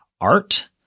Art